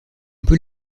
peut